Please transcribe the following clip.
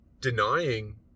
denying